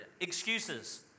excuses